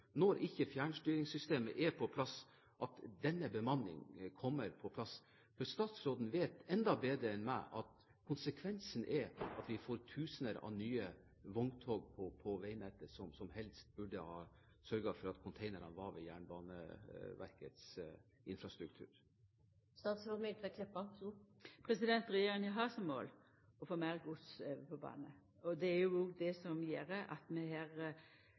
på plass, når ikke fjernstyringssystemet er på plass. For statsråden vet enda bedre enn meg at konsekvensen er at vi får tusener av nye vogntog på veinettet, når en helst burde ha sørget for at containerne var med i Jernbaneverkets infrastruktur. Regjeringa har som mål å få meir gods over på bane. Det er òg det som gjer at vi